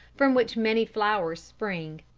from which many flowers spring.